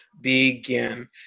begin